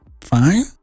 fine